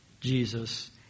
Jesus